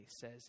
says